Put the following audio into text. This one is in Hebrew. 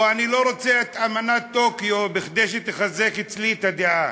אני לא רוצה את הצהרת טוקיו כדי שתחזק אצלי את הדעה.